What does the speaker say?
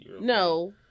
No